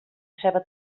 ceba